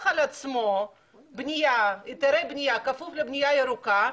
על עצמו היתרי בנייה כפוף לבנייה ירוקה,